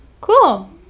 cool